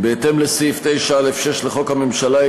בהתאם לסעיף 9(א)(6) לחוק הממשלה,